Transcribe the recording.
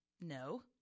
No